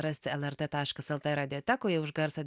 rasti lrt taškas lt radiotekoje už garsą